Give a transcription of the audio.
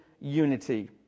unity